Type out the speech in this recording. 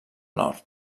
nord